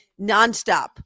nonstop